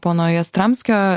pono jastramskio